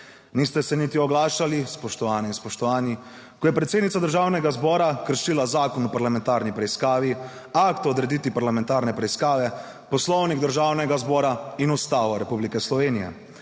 Niste se niti oglašali, spoštovane in spoštovani, ko je predsednica Državnega zbora kršila Zakon o parlamentarni preiskavi, Akt o odreditvi parlamentarne preiskave, Poslovnik Državnega zbora in Ustavo Republike Slovenije.